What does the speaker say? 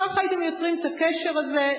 כך הייתם יוצרים את הקשר הזה,